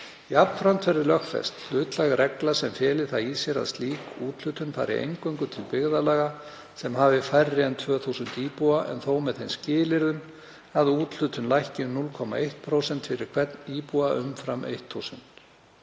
Jafnframt verði lögfest hlutlæg regla sem feli það í sér að slík úthlutun fari eingöngu til byggðarlaga sem hafi færri en 2.000 íbúa en þó með þeim skilyrðum að úthlutun lækki um 0,1% fyrir hvern íbúa umfram 1.000.